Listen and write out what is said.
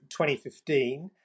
2015